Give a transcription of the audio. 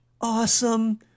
awesome